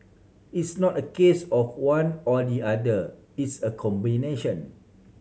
it's not a case of one or the other it's a combination